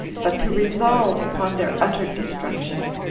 but to resolve upon their utter destruction.